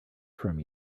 from